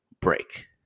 break